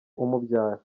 umubyara